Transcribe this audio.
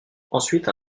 ensuite